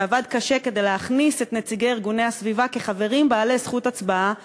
שעבד קשה כדי להכניס את נציגי ארגוני הסביבה כחברים בעלי זכות הצבעה.